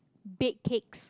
bake cakes